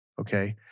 Okay